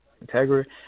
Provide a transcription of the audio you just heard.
Integrity